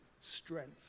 strength